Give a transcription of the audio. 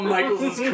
Michaels